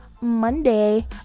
Monday